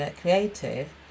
creative